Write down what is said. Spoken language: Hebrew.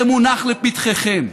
זה מונח לפתחכם.